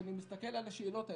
כשאני מסתכל על השאלות האלה,